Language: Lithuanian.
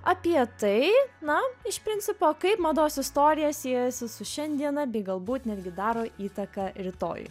apie tai na iš principo kaip mados istorija siejasi su šiandiena bei galbūt netgi daro įtaką rytojui